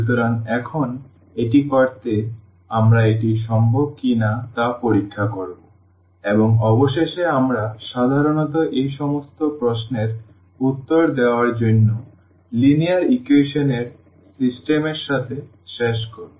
সুতরাং এখন এটি করতে আমরা এটি সম্ভব কিনা তা পরীক্ষা করব এবং অবশেষে আমরা সাধারণত এই সমস্ত প্রশ্নের উত্তর দেওয়ার জন্য লিনিয়ার ইকুয়েশন এর সিস্টেমের সাথে শেষ করি